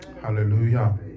Hallelujah